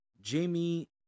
Jamie